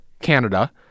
Canada